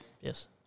Yes